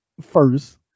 first